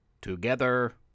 together